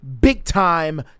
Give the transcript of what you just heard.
big-time